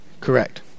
correct